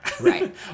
Right